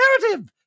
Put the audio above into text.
narrative